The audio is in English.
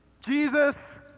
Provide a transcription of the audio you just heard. Jesus